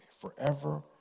forever